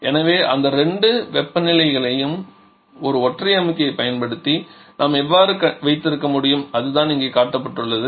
எனவே இந்த இரண்டு வெப்பநிலை நிலைகளை ஒரு ஒற்றை அமுக்கியைப் பயன்படுத்தி நாம் எவ்வாறு வைத்திருக்க முடியும் அதுதான் இங்கே காட்டப்பட்டுள்ளது